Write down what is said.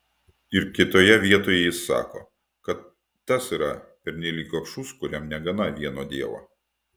ir kitoje vietoje jis sako kad tas yra pernelyg gobšus kuriam negana vieno dievo